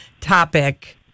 topic